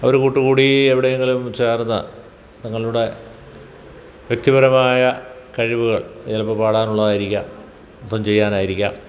അവര് കൂട്ടുകൂടി എവിടെയെങ്കിലും ചേർന്ന് തങ്ങളുടെ വ്യക്തിപരമായ കഴിവുകൾ ചിലപ്പോള് പാടാനുള്ളത് ആയിരിക്കാം നൃത്തം ചെയ്യാനായിരിക്കാം